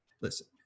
listen